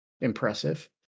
impressive